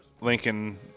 Lincoln